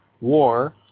war